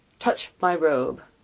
touch my robe!